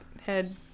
head